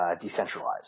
decentralized